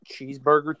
cheeseburger